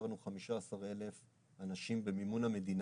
הכשרנו 15,000 אנשים במימון המדינה.